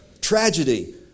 tragedy